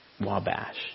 wabash